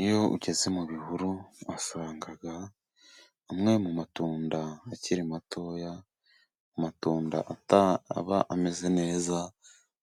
Iyo ugeze mu bihuru uhasanga amwe mu matunda akiri matoya. Amatunda aba ameze neza,